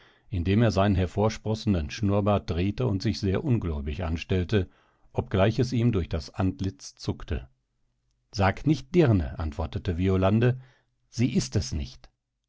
indem er seinen hervorsprossenden schnurrbart drehte und sich sehr ungläubig anstellte obgleich es ihm durch das antlitz zuckte sag nicht dirne antwortete violande sie ist es nicht